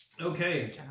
Okay